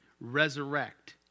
resurrect